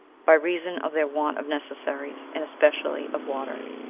by reason of their want of necessaries, and especially of water.